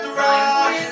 rock